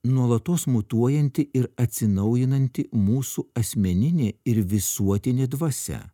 nuolatos mutuojanti ir atsinaujinanti mūsų asmeninė ir visuotinė dvasia